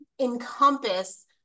encompass